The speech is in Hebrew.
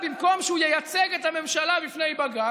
במקום שהוא ייצג את הממשלה לפני בג"ץ,